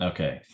Okay